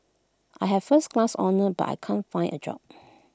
I have first class honours but I can't find A job